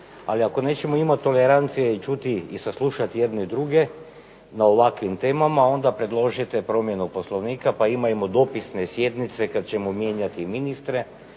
ali ako nećemo imat tolerancije čuti i saslušati jedni druge na ovakvim temama onda predložite promjenu Poslovnika pa imajmo dopisne sjednice kad ćemo mijenjati ministre